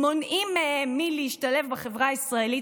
מונעים מהם מלהשתלב בחברה הישראלית,